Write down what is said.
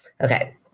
Okay